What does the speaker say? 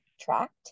tracked